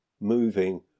moving